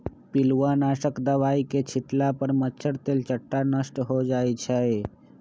पिलुआ नाशक दवाई के छिट्ला पर मच्छर, तेलट्टा नष्ट हो जाइ छइ